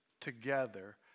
together